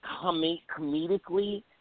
comedically